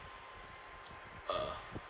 uh